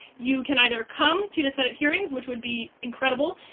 you can either come to the senate hearings which would be incredible,